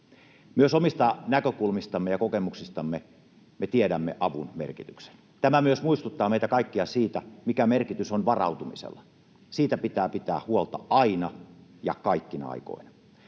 Myös omista näkökulmistamme ja kokemuksistamme me tiedämme avun merkityksen. Tämä myös muistuttaa meitä kaikkia siitä, mikä merkitys on varautumisella. Siitä pitää pitää huolta aina ja kaikkina aikoina.